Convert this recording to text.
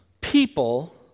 People